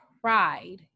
pride